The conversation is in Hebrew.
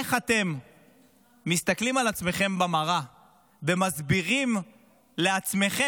איך אתם מסתכלים על עצמכם במראה ומסבירים לעצמכם,